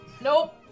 Nope